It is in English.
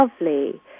lovely